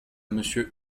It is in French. monsieur